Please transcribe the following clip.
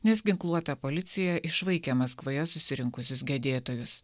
nes ginkluota policija išvaikė maskvoje susirinkusius gedėtojus